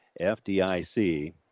FDIC